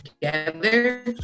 together